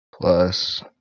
Plus